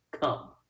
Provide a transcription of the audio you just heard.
come